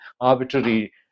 arbitrary